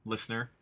Listener